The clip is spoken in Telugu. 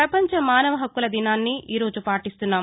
ప్రపంచ మానవ హక్కుల దినాన్ని ఈ రోజు పాటిస్తున్నాం